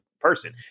person